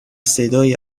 صدایی